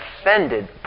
offended